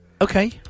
Okay